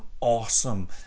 awesome